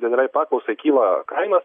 didelei paklausai kyla kainos